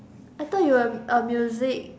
I thought you were a a music